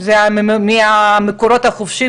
זה מהמקורות החופשיים,